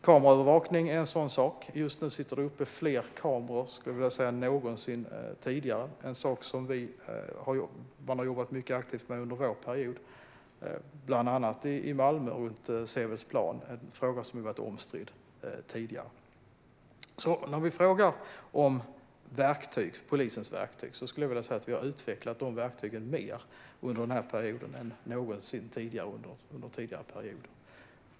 Kameraövervakning är en sådan sak. Just nu sitter det uppe fler kameror än någonsin tidigare. Det är en sak som man har jobbat mycket aktivt med under vår period, bland annat i Malmö runt Sevedsplan. Detta är en fråga som tidigare har varit omstridd. I frågan om polisens verktyg skulle jag vilja säga att vi har utvecklat dessa verktyg mer under denna period än vad någon någonsin tidigare har gjort.